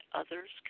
others